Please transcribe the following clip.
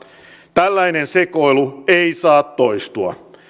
tällainen sekoilu ei saa toistua